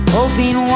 Hoping